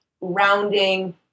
rounding